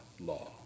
law